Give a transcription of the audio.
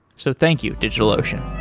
so thank you, digitalocean